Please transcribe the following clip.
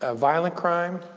ah violent crime,